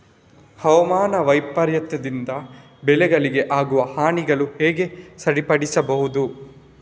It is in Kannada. ಹವಾಮಾನ ವೈಪರೀತ್ಯದಿಂದ ಬೆಳೆಗಳಿಗೆ ಆಗುವ ಹಾನಿಗಳನ್ನು ಹೇಗೆ ಸರಿಪಡಿಸಬಹುದು?